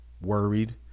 worried